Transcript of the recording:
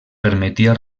permetia